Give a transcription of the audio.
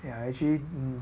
ya actually